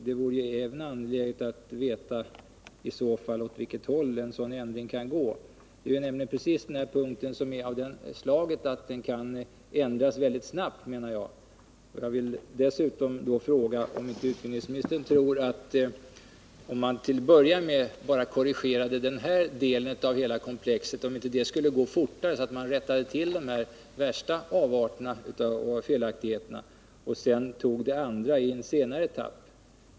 Det vore i så fall även angeläget att få veta åt vilket håll en sådan ändring kan gå. Den här punkten är nämligen, menar jag, precis av det slaget att den kan ändras mycket snabbt. Jag vill dessutom fråga om inte utbildningsministern tror att det skulle gå fortare om man till att börja med bara korrigerade den här delen av hela komplexet, så att de värsta avarterna och felaktigheterna blev eliminerade, och tog det övriga i en senare etapp.